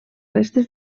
restes